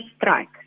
strike